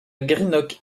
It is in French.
greenock